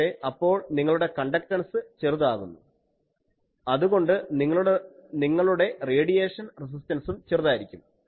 പക്ഷേ അപ്പോൾ നിങ്ങളുടെ കണ്ടക്ടൻസ് ചെറുതാകുന്നു അതുകാരണം നിങ്ങളുടെ റേഡിയേഷൻ റെസിസ്റ്റൻസും ചെറുതായിരിക്കും